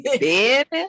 Baby